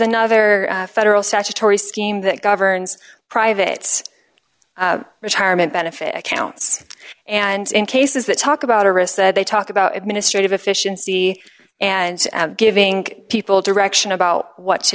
another federal statutory scheme that governs private retirement benefit accounts and in cases that talk about a risk that they talk about administrative efficiency and giving people direction about what to